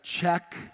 check